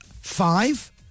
Five